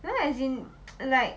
that one as in like